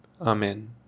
Amen